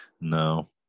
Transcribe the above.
no